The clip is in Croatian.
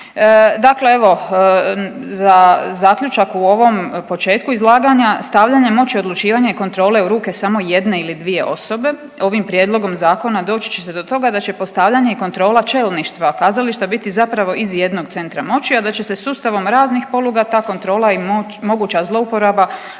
Dakle, evo za zaključak u ovom početku izlaganja stavljanje moći odlučivanja i kontrole u ruke samo jedne ili dvije osobe ovim prijedlogom zakona doći će se do toga da će postavljanje i kontrola čelništva kazališta biti zapravo iz jednog centra moći, a da će se sustavom raznih poluga ta kontrola i moć, moguća zlouporaba odnositi